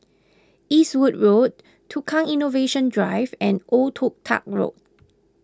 Eastwood Road Tukang Innovation Drive and Old Toh Tuck Road